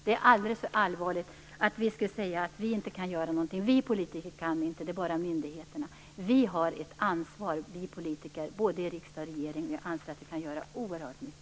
Det är aldrig så allvarligt att vi skulle säga att vi inte kan göra någonting; att vi politiker inte kan utan bara myndigheterna. Vi politiker, både i riksdag och regering, har ett ansvar, och jag anser att vi kan göra oerhört mycket.